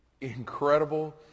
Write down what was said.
incredible